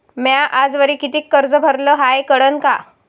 म्या आजवरी कितीक कर्ज भरलं हाय कळन का?